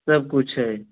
सब कुछ है